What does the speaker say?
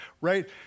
Right